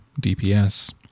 dps